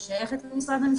ששייכת למשרד המשפטים.